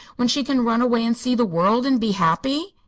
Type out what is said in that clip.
when she can run away and see the world and be happy?